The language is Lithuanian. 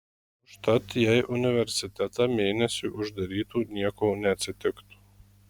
užtat jei universitetą mėnesiui uždarytų nieko neatsitiktų